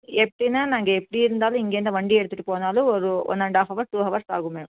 எப்படின்னா நாங்கள் எப்படி இருந்தாலும் இங்கேயிருந்து வண்டி எடுத்துட்டு போனாலும் ஒரு one and half hours two hours ஆகும் மேம்